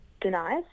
denies